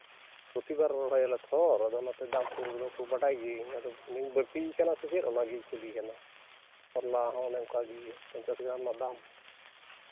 ᱯᱨᱚᱛᱤᱵᱟᱨ ᱨᱚᱦᱚᱭᱟᱞᱮ ᱛᱚ ᱚᱱᱟᱛᱮ ᱫᱟᱢ ᱠᱚ ᱢᱟᱠᱚ ᱵᱟᱰᱟᱭ ᱜᱮ ᱟᱫᱚ ᱵᱟᱹᱲᱛᱤᱭ ᱠᱟᱱᱟ ᱥᱮ ᱪᱮᱫ ᱚᱱᱟᱜᱤᱧ ᱠᱩᱞᱤ ᱠᱟᱱᱟ ᱠᱟᱞᱞᱟ ᱦᱚᱸ ᱚᱱᱮ ᱚᱱᱠᱟᱜᱮ ᱯᱚᱧᱪᱟᱥ ᱜᱨᱟᱢ ᱨᱮᱭᱟᱜ ᱫᱟᱢ